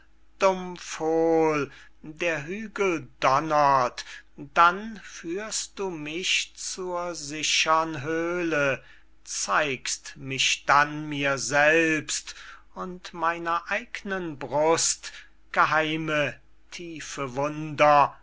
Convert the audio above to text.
der hügel donnert dann führst du mich zur sichern höhle zeigst mich dann mir selbst und meiner eignen brust geheime tiefe wunder